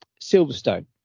silverstone